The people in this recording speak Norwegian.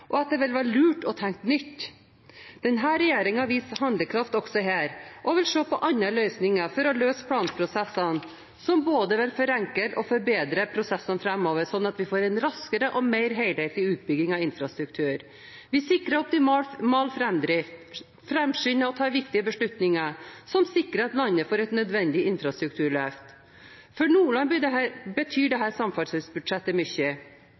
og at det ville være lurt å tenke nytt. Denne regjeringen viser handlekraft også her og vil se på andre løsninger for å løse planprosessene, som både vil forenkle og forbedre prosessene framover sånn at vi får en raskere og mer helhetlig utbygging av infrastruktur. Vi sikrer optimal framdrift, framskynder og tar viktige beslutninger som sikrer at landet får et nødvendig infrastrukturløft. For Nordland betyr dette samferdselsbudsjettet mye. Det er det fylket som har det